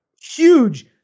Huge